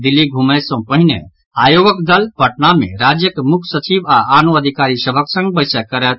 दिल्ली घुमय सँ पहिने आयोगक दल पटना मे राज्यक मुख्य सचिव आओर आनो अधिकारी सभक संग बैसक करत